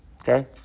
Okay